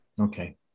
okay